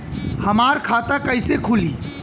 हमार खाता कईसे खुली?